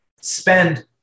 spend